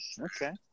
Okay